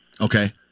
Okay